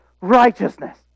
righteousness